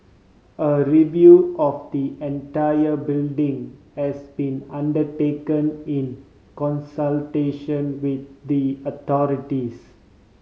a review of the entire building has been undertaken in consultation with the authorities